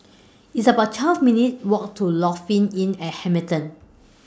It's about twelve minutes' Walk to Lofi Inn At Hamilton